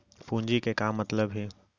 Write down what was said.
पूंजी के का मतलब हे?